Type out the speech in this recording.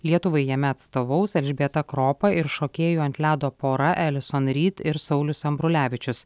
lietuvai jame atstovaus elžbieta kropa ir šokėjų ant ledo pora elison rid ir saulius ambrulevičius